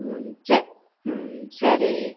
ம் சேரி ம் சரி